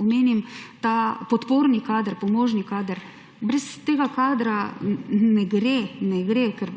omenim ta podporni kader, pomožni kader. Brez tega kadra ne gre, ne gre, ker